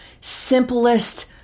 simplest